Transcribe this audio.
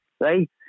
right